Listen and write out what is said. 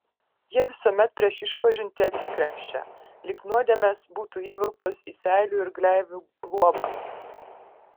jie visuomet prieš išpažintį atsikrenkščia lyg nuodėmės būtų įvilktos į seilių ir gleivių luobą